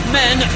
men